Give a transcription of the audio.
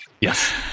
Yes